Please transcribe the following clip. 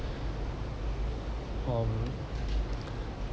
um